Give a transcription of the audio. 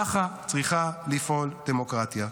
ככה צריכה לפעול דמוקרטיה.